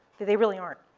they really aren't.